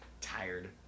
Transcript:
Tired